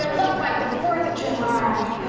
um look like the fourth of july!